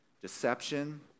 deception